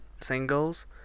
singles